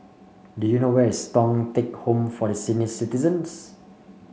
do you know where is Thong Teck Home for Senior Citizens